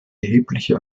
erhebliche